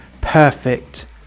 perfect